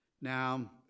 Now